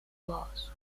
lost